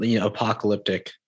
apocalyptic